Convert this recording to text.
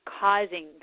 causing